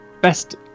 best